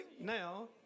now